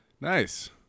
Nice